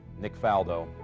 nick faldo.